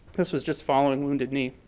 this was just following wounded knee.